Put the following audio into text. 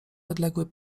odległy